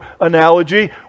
analogy